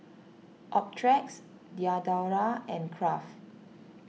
Optrex Diadora and Kraft